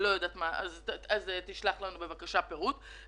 אז תשלח לנו בבקשה פירוט.